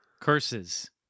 Curses